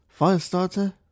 Firestarter